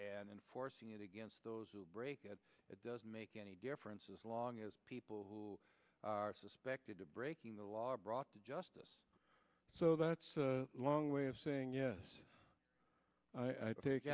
and enforcing it against those who break it it doesn't make any difference as long as people who are suspected of breaking the law are brought to justice so that's a long way of saying yes i take